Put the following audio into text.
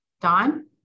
Don